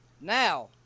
Now